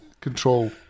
control